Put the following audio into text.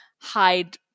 hide